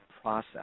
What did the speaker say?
process